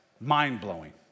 mind-blowing